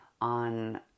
on